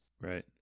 Right